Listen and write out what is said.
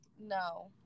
no